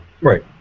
Right